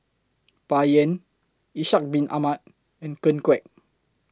Bai Yan Ishak Bin Ahmad and Ken Kwek